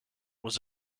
was